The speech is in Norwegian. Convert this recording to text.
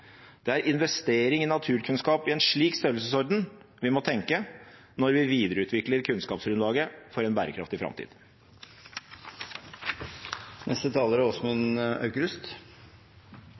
Det er investering i naturkunnskap i en slik størrelsesorden vi må tenke når vi videreutvikler kunnskapsgrunnlaget for en bærekraftig